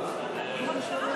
אדוני היושב-ראש,